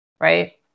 Right